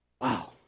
Wow